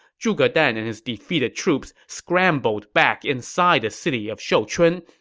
zhuge dan and his defeated troops scrambled back inside the city of shouchun,